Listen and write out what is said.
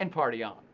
and party on.